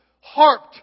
harped